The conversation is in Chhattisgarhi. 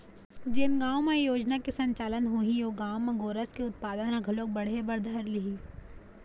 जेन गाँव म ए योजना के संचालन होही ओ गाँव म गोरस के उत्पादन ह घलोक बढ़े बर धर लिही